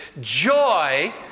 joy